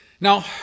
Now